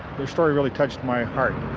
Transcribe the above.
their story really touched my heart.